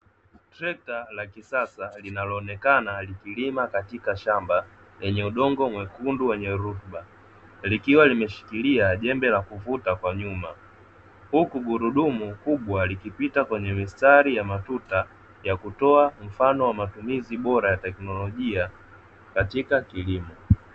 Trekta la kisasa linaloonekana likilima katika shamba lenye udongo mwekundu wenye rutuba, likiwa limeshikilia jembe la kuvuta kwa nyuma. Huku gurudumu kubwa likipita kwenye mistari ya matuta ya kutoa mfano wa matumizi bora teknolojia katika kilimo.